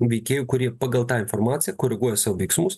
veikėjų kurie pagal tą informaciją koreguoja savo veiksmus